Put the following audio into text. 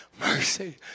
mercy